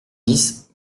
dix